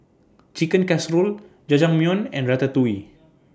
Chicken Casserole Jajangmyeon and Ratatouille